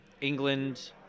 England